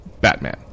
Batman